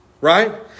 Right